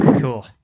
Cool